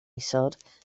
isod